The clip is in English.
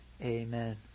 Amen